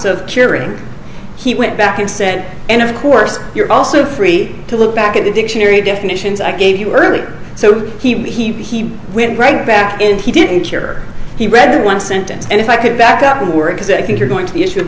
of curing he went back and said and of course you're also free to look back at the dictionary definitions i gave you earlier so he went right back in he didn't hear he read one sentence and if i could back up the word because i think you're going to the issue of